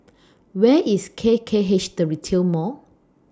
Where IS K K H The Retail Mall